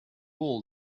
all